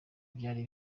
byari